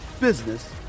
business